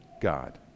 God